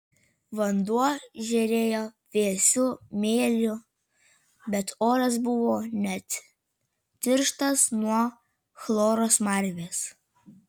vanduo žėrėjo vėsiu mėliu bet oras buvo net tirštas nuo chloro smarvės